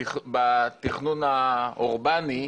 התכנון האורבני,